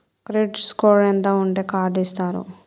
Credit score ఎంత ఉంటే card ఇస్తారు?